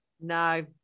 No